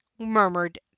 Murmured